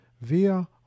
via